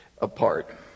apart